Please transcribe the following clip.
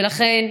ולכן,